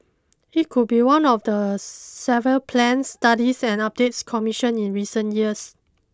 it could be one of the several plans studies and updates commissioned in recent years